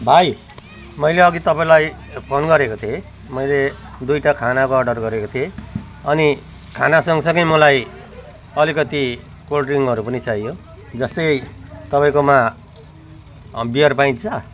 भाइ मैले अघि तपाईँलाई फोन गरेको थिएँ मैले दुइवटा खानाको अर्डर गरेको थिएँ अनि खाना सँग सँगै मलाई अलिकति कोल्ड ड्रिङ्कहरू पनि चाहियो जस्तै तपाईँकोमा बियर पाइन्छ